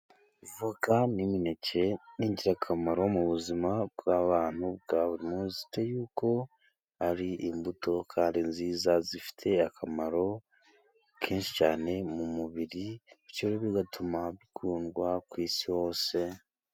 Voka n'imineke ni ingirakamaro mu buzima bw'abantu bwa buri munsi. Tuzi yuko ari imbuto inziza zifite akamaro kenshi cyane mu mu mubiri, bityo bigatuma zikundwa ku isi yose.